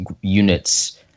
units